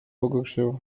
pogorszyła